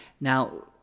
Now